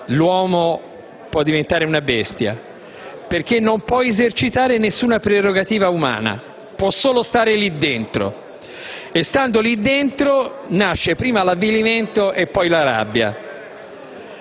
l'uomo può diventare una bestia: perché non può esercitare nessuna prerogativa umana, ma può solo stare lì dentro; e trovandosi in tale condizione, nasce prima l'avvilimento e poi la rabbia.